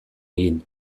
egin